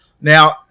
Now